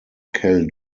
cal